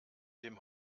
dem